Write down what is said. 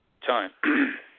Time